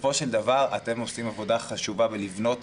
בסופו של דבר אתם עושים עבודה חשובה בבניית